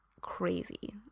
crazy